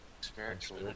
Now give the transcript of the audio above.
Spiritual